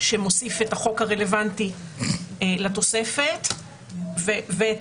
שמוסיף את החוק הרלוונטי לתוספת ואת